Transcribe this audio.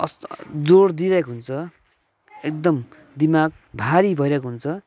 जोड दिइरहेको हुन्छ एकदम दिमाग भारी भइरहेको हुन्छ